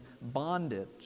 bondage